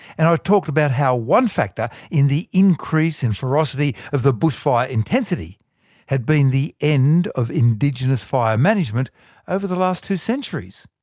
and i talked about how one factor in the increase in ferocity of the bushfire intensity has been the end of indigenous fire management over the last two centuries.